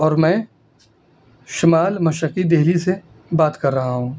اور میں شمال مشرقی دہلی سے بات کر رہا ہوں